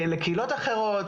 לקהילות אחרות,